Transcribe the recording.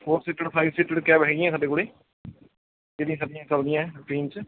four seated five seated cab ਹੈਗੀਆਂ ਸਾਡੇ ਕੋਲ ਜਿਹੜੀਆਂ ਸਾਡੀਆਂ ਚੱਲਦੀਆਂ ਰੁਟੀਨ 'ਚ